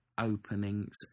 openings